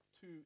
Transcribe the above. two